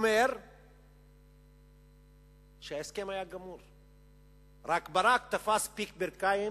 אומר שההסכם היה גמור רק שברק תפס פיק ברכיים,